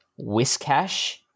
whiskash